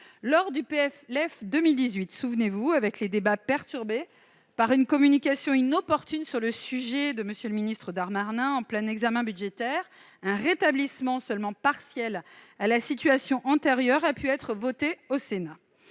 pour 2019- vous vous souvenez des débats perturbés par une communication inopportune sur le sujet de M. le ministre Darmanin, en plein examen budgétaire -, un rétablissement seulement partiel de la situation antérieure a pu être voté au Sénat,